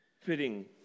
fitting